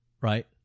right